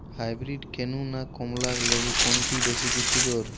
Hybrid কেনু না কমলা লেবু কোনটি বেশি পুষ্টিকর?